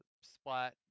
Splat